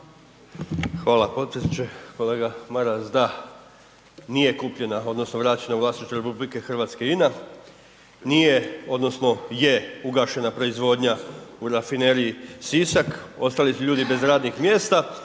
Hvala potpredsjedniče. Kolega Maras. Da, nije kupljena, odnosno vraćena u vlasništvo RH INA, nije odnosno je ugašena proizvodnja u Rafineriji Sisak, ostali su ljudi bez radnih mjesta